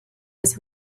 this